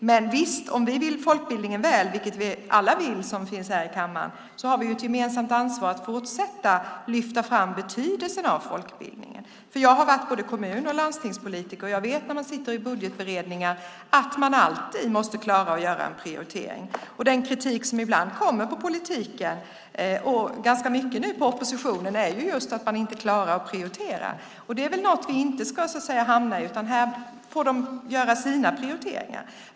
Visst har vi - om vi vill folkbildningen väl, vilket vi alla här i kammaren vill - ett gemensamt ansvar för att betydelsen av folkbildningen fortsatt lyfts fram. Jag har varit både kommun och landstingspolitiker, så jag vet att man när man sitter i budgetberedningar alltid måste klara av att prioritera. Den kritik som ibland riktas mot politiken - ganska mycket nu mot oppositionen - gäller just att man inte klarar att prioritera. Det är väl något som vi inte ska hamna i, utan här får man göra sina prioriteringar.